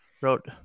wrote